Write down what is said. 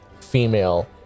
female